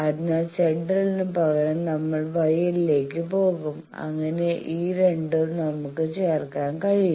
അതിനാൽ ZL ന് പകരം നമ്മൾ YL ലേക്ക് പോകും അങ്ങനെ ഈ 2 ഉം നമുക്ക് ചേർക്കാൻ കഴിയും